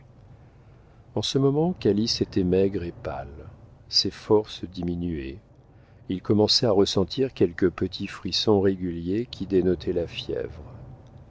en ce moment calyste était maigre et pâle ses forces diminuaient il commençait à ressentir quelques petits frissons réguliers qui dénotaient la fièvre